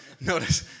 notice